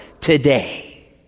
today